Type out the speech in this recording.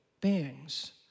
beings